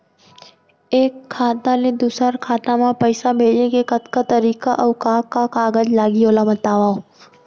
एक खाता ले दूसर खाता मा पइसा भेजे के कतका तरीका अऊ का का कागज लागही ओला बतावव?